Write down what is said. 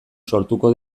sortuko